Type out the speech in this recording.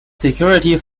security